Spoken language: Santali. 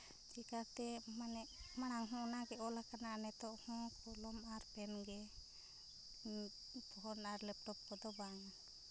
ᱪᱮᱠᱟᱛᱮ ᱢᱟᱱᱮ ᱢᱟᱲᱟᱝ ᱦᱚᱸ ᱚᱱᱟᱜᱮ ᱚᱞ ᱟᱠᱟᱱᱟ ᱱᱤᱛᱚᱜ ᱦᱚᱸ ᱠᱚᱞᱚᱢ ᱟᱨ ᱯᱮᱱ ᱜᱮ ᱯᱷᱳᱱ ᱟᱨ ᱞᱮᱯᱴᱚᱯ ᱠᱚᱫᱚ ᱵᱟᱝ